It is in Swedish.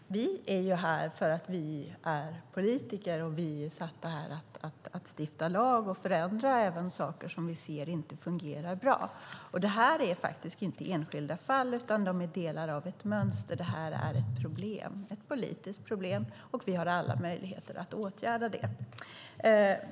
Herr talman! Vi är ju här för att vi är politiker, och vi är satta att stifta lag och förändra saker som vi ser inte fungerar bra. Det här är inte enskilda fall, utan de är delar av ett mönster. Detta är ett problem, ett politiskt problem, och vi har alla möjligheter att åtgärda det.